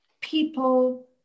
people